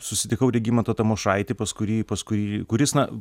susitikau regimantą tamošaitį pas kurį pas kurį kuris na